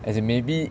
as in maybe